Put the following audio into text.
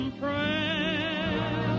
prayer